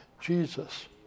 Jesus